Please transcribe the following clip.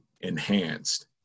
enhanced